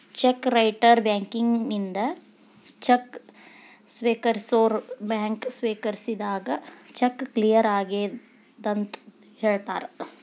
check writer ಬ್ಯಾಂಕಿನಿಂದ cheque ಸ್ವೇಕರಿಸೋರ್ bank ಸ್ವೇಕರಿಸಿದಾಗ ಚೆಕ್ ಕ್ಲಿಯರ್ ಆಗೆದಂತ ಹೇಳ್ತಾರ